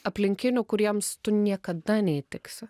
aplinkinių kuriems tu niekada neįtiksi